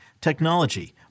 technology